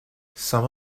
some